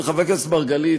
חבר הכנסת מרגלית,